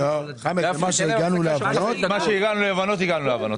במה שהגענו להבנות הגענו להבנות.